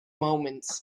moment